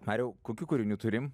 mariau kokių kūrinių turim